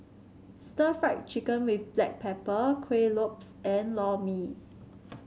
Stir Fried Chicken with Black Pepper Kuih Lopes and Lor Mee